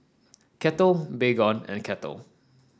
Kettle Baygon and Kettle